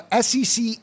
SEC